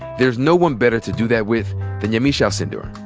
there's no one better to do that with than yamiche alcindor.